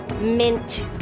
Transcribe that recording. Mint